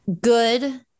good